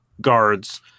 guards